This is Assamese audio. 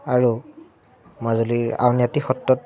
আৰু মাজুলীৰ আউনীআটী সত্ৰত